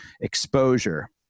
exposure